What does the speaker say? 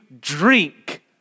drink